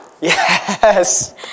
Yes